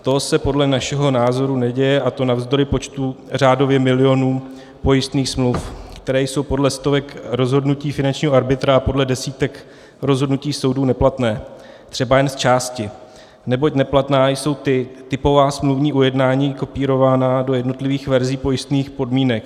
To se podle našeho názoru neděje, a to navzdory počtu řádově milionů pojistných smluv, které jsou podle stovek rozhodnutí finančního arbitra a podle desítek rozhodnutí soudů neplatné třeba, jen zčásti, neboť neplatná jsou typová smluvní ujednání kopírovaná do jednotlivých verzí pojistných podmínek.